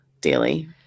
daily